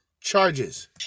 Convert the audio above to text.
charges